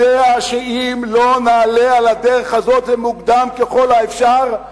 יודע שאם לא נעלה על הדרך הזאת מוקדם ככל האפשר,